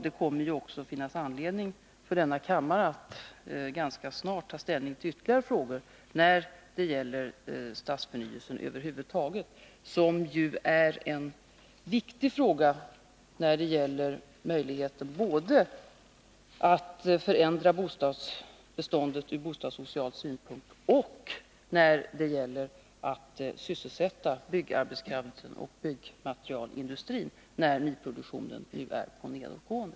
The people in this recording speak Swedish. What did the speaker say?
Det kommer också att finnas anledning för denna kammare att ganska snart ta ställning till ytterligare frågor när det gäller stadsförnyelsen. Det är viktiga frågor både när det gäller möjligheten att förändra bostadsbeståndet från bostadssocial synpunkt och när det gäller att sysselsätta byggarbetskraft och byggmaterialindustrin, när nyproduktionen nu är på nedåtgående.